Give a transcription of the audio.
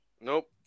Nope